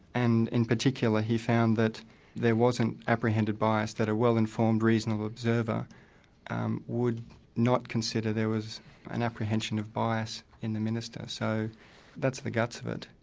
and in particular he found that there wasn't apprehended bias, that a well-informed, reasonable observer would not consider there was an apprehension of bias in the minister. so that's the guts of it.